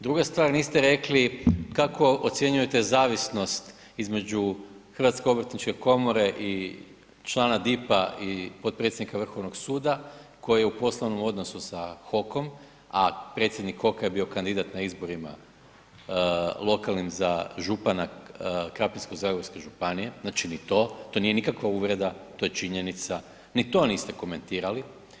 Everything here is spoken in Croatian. Druga stvar, niste rekli kao ocjenjujete zavisnost između HOK-a i člana DIP-a i potpredsjednika Vrhovnog suda koji je u poslovnom odnosu sa HOK-om a predsjednik HOK-a je bio kandidat na izborima lokalnim za župana Krapinsko-zagorske županije, znači ni to, to nije nikakva uvreda, to je činjenica, ni to niste komentirali.